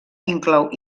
inclou